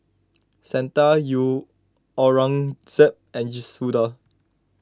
Santha U Aurangzeb and Suda